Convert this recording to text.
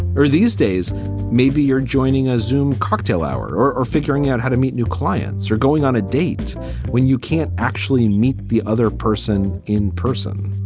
or these days maybe you're joining a zoome cocktail hour or or figuring out how to meet new clients or going on a date when you can't actually meet the other person in person.